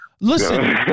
listen